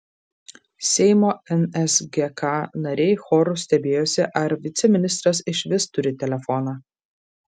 seimo nsgk nariai choru stebėjosi ar viceministras išvis turi telefoną